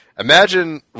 Imagine